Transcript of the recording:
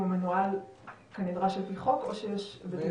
הוא מנוהל כנדרש על פי חוק או שיש היבטים נוספים?